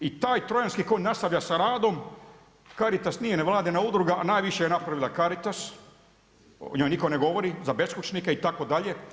I taj trojanski konj nastavlja sa radom, Caritas nije nevladina udruga, a najviše je napravila Caritas, o njoj nitko ne govori za beskućnike itd.